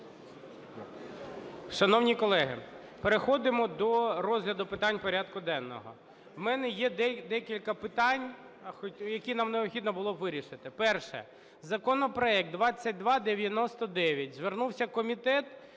Шановні колеги, переходимо до розгляду питань порядку денного. В мене є декілька питань, які нам необхідно було б вирішити. Перше: законопроект 2299. Звернувся комітет